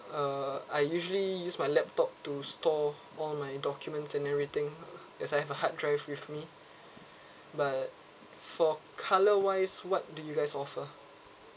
uh I usually use my laptop to store all my documents and everything it's like I have a hard drive with me but for colour wise what do you guys offer